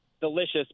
delicious